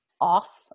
off